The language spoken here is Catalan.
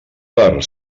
per